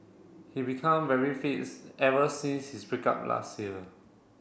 he become very fits ever since his break up last year